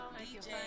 dj